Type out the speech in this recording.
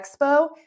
expo